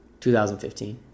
2015